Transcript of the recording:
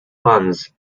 funds